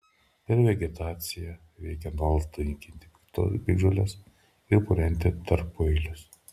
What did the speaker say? per vegetaciją reikia nuolat naikinti piktžoles ir purenti tarpueilius